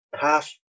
half